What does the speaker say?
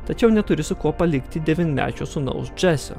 tačiau neturi su kuo palikti devynmečio sūnaus džesio